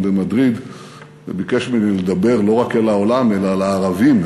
במדריד וביקש ממני לדבר לא רק אל העולם אלא לערבים,